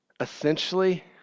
Essentially